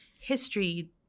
history